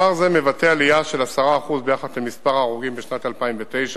מספר זה מהווה עלייה של 10% ביחס למספר ההרוגים בשנת 2009,